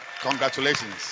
Congratulations